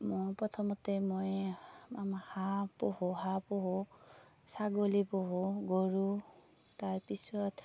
মই প্ৰথমতে মই আমাৰ হাঁহ পোহোঁ ছাগলী পোহোঁ গৰু তাৰ পিছত